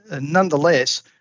Nonetheless